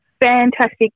Fantastic